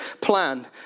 plan